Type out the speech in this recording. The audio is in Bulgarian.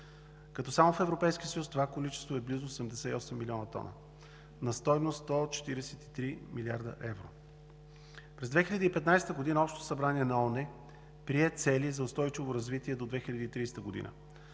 като само в Европейския съюз количеството е близо 88 милиона тона на стойност 143 милиарда евро. През 2015 г. Общото събрание на ООН прие цели за устойчиво развитие до 2030 г.